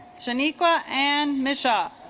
shaniqua and misha